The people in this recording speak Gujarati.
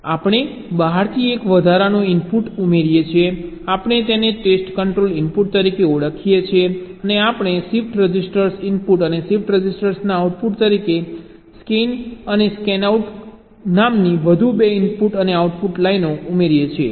આપણે બહારથી એક વધારાનો ઇનપુટ ઉમેરીએ છીએ આપણે તેને ટેસ્ટ કંટ્રોલ ઇનપુટ તરીકે ઓળખીએ છીએ અને આપણે શિફ્ટ રજિસ્ટરના ઇનપુટ અને શિફ્ટ રજિસ્ટરના આઉટપુટ તરીકે સ્કેનઈન અને સ્કેનઆઉટ નામની વધુ 2 ઇનપુટ અને આઉટપુટ લાઇનો ઉમેરીએ છીએ